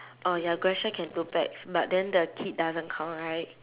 orh ya grab share can two pax but then the kid doesn't count right